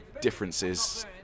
differences